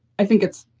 i think it's